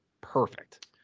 perfect